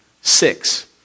Six